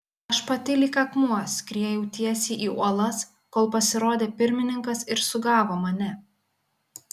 aš pati lyg akmuo skriejau tiesiai į uolas kol pasirodė pirmininkas ir sugavo mane